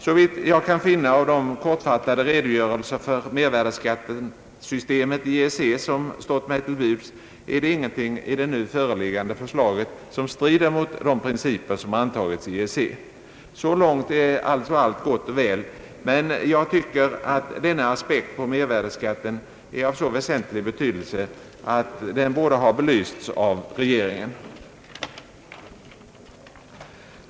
Såvitt jag kan finna av de kortfattade redogörelser för mervärdeskattesystemet i EEC som stått mig till buds är det ingenting i det nu föreliggande för slaget som strider mot de principer som har antagits inom EEC. Så långt är allt gott och väl, men jag tycker att denna aspekt på mervärdeskatten är av så väsentlig betydelse att den borde ha belysts av regeringen.